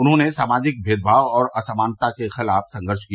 उन्होंने सामाजिक मेदमाव और असमानता के खिलाफ संघर्ष किया